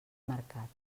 mercat